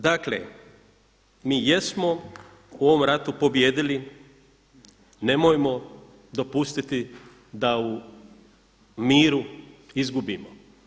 Dakle, mi jesmo u ovom ratu pobijedili, nemojmo dopustiti da u miru izgubimo.